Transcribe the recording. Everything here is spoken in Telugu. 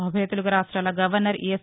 ఉభయతెలుగు రాష్ట్రాల గవర్నర్ ఈఎస్